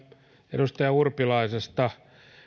edustaja urpilaisesta